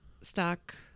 stock